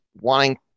wanting